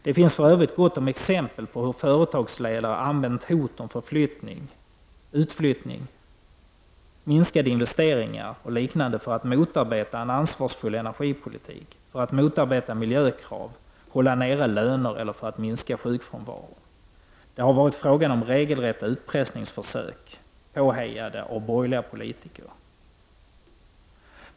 Det finns för övrigt gott om exempel på hur företagsledare använt hot om utflyttning, minskade investeringar och liknande för att motarbeta en ansvarsfull energipolitik, för att motarbeta miljökrav, för att hålla nere löner eller för att minska sjukfrånvaron. Det har varit fråga om regelrätta utpressningsförsök, påhejade av borgerliga politiker.